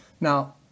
Now